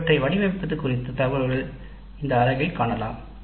இவற்றை வடிவமைப்பது குறித்த தகவல்கள் இந்த பகுதியில் காணலாம்